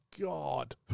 God